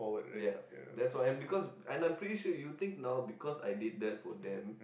ya that's why because and I'm pretty sure you think now because I did that for them